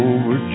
Over